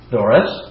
Doris